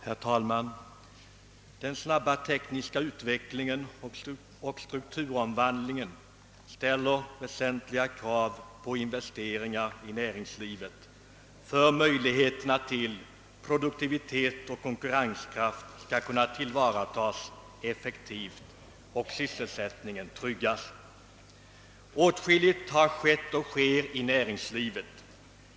Herr talman! Den snabba tekniska utvecklingen och strukturomvandlingen ställer väsentliga krav på investeringar i näringslivet för att möjligheterna till produktivitet och konkurrenskraft skall kunna tillvaratas effektivt och sysselsättningen tryggas. Åtskilligt har skett och sker i näringslivet.